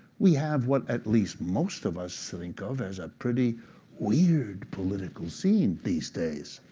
we have what at least most of us think of as a pretty weird political scene these days,